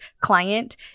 client